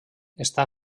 està